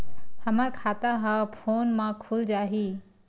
हमर खाता ह फोन मा खुल जाही?